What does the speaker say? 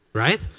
right?